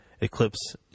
Eclipse